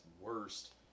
worst